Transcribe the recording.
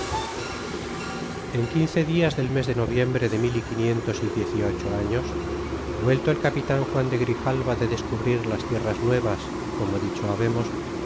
en quince dias del mes de noviembre de mil y quinientos y diez y ocho años vuelto el capitan juan de grijalva de descubrir as tierras nuevas